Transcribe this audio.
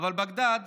אבל בגדאד